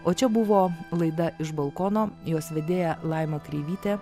o čia buvo laida iš balkono jos vedėja laima kreivytė